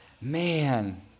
man